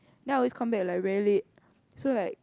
then I always come back like very late so like